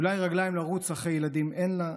אולי רגליים לרוץ אחרי ילדים אין לה,